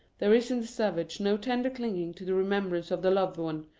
there is in the savage no tender clinging to the remembrance of the loved one,